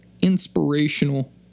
inspirational